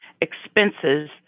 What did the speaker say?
expenses